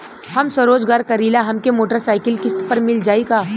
हम स्वरोजगार करीला हमके मोटर साईकिल किस्त पर मिल जाई का?